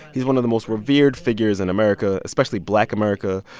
he's one of the most revered figures in america, especially black america.